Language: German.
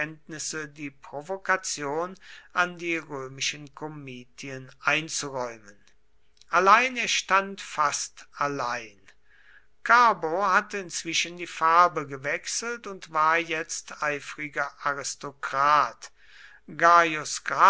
die provokation an die römischen komitien einzuräumen allein er stand fast allein carbo hatte inzwischen die farbe gewechselt und war jetzt eifriger aristokrat